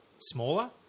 smaller